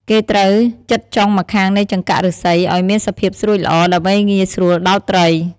គេត្រូវចិតចុងម្ខាងនៃចង្កាក់ឫស្សីឲ្យមានសភាពស្រួចល្អ ដើម្បីងាយស្រួលដោតត្រី។